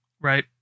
Right